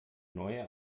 neue